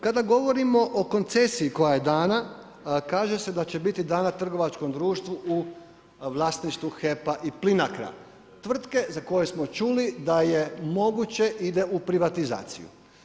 Kada govorimo o koncesiji koja je dana, kaže se da će biti dana trgovačkom društvu u vlasništvu HEP-a i Plinacra, tvrtke za koje smo čuli da je moguće ide u privatizaciju.